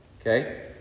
Okay